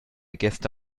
gäste